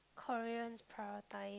Korean prioritize